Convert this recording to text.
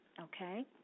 Okay